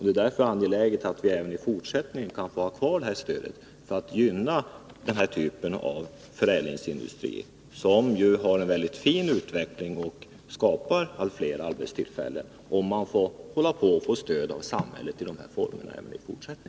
Det är därför angeläget att vi även i fortsättningen kan få ha kvar stödet för att gynna den här typen av förädlingsindustri, som ju har utvecklats mycket fint och skapat allt fler arbetstillfällen.